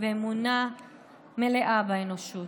ואמונה מלאה באנושות.